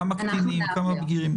כמה קטינים, כמה בגירים.